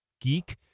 Geek